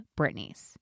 Britney's